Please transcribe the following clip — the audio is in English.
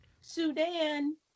Sudan